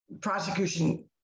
prosecution